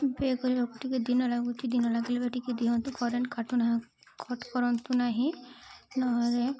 pay କରିବାକୁ ଟିକେ ଦିନ ଲାଗୁଛି ଦିନ ଲାଗିଲେ ଟିକେ ଦିଅନ୍ତୁ କରେଣ୍ଟ୍ କାଟୁ କଟ୍ କରନ୍ତୁ ନାହିଁ ନହେଲେ